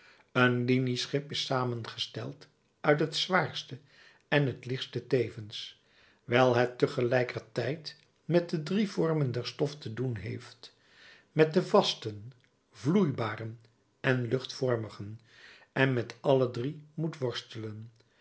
een linieschip is samengesteld uit het zwaarste en het lichtste tevens wijl het tegelijkertijd met de drie vormen der stof te doen heeft met den vasten vloeibaren en luchtvormigen en met alle drie moet worstelen